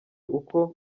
uko